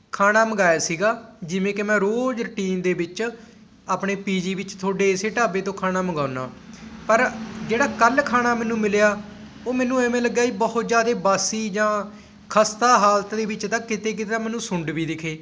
ਖਾਣਾ ਮੰਗਵਾਇਆ ਸੀਗਾ ਜਿਵੇਂ ਕਿ ਮੈਂ ਰੋਜ਼ ਰੋਟੀਨ ਦੇ ਵਿੱਚ ਆਪਣੇ ਪੀਜੀ ਵਿੱਚ ਤੁਹਾਡੇ ਇਸੇ ਢਾਬੇ ਤੋਂ ਖਾਣਾ ਮੰਗਵਾਉਂਦਾ ਪਰ ਜਿਹੜਾ ਕੱਲ੍ਹ ਖਾਣਾ ਮੈਨੂੰ ਮਿਲਿਆ ਉਹ ਮੈਨੂੰ ਐਵੇਂ ਲੱਗਿਆ ਵੀ ਬਹੁਤ ਜ਼ਿਆਦਾ ਬਾਸੀ ਜਾਂ ਖਸਤਾ ਹਾਲਤ ਦੇ ਵਿੱਚ ਤਾਂ ਕਿਤੇ ਕਿਤੇ ਮੈਨੂੰ ਸੁੰਡ ਵੀ ਦਿਖੇ